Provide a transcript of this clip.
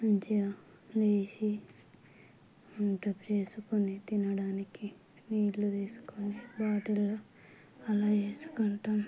మంచిగా లేచి వంట చేసుకుని తినడానికి నీళ్ళు తీసుకుని బాటిల్లో అలా వెసుకుంటాం